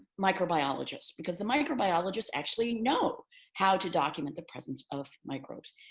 microbiologists, because the microbiologists actually know how to document the presence of microbes.